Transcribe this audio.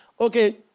Okay